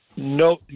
No